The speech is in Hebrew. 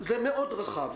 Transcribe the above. זה רחב מאוד.